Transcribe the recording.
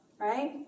right